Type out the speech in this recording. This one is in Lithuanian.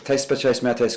tais pačiais metais